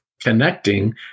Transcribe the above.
connecting